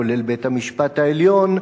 כולל בית-המשפט העליון,